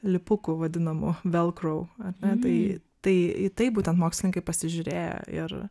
lipukų vadinamų velcro ar ne tai tai į tai būtent mokslininkai pasižiūrėjo ir